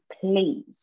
please